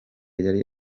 yari